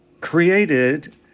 created